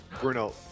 Bruno